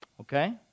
Okay